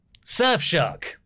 Surfshark